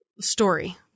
story